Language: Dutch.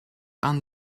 aan